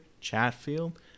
Chatfield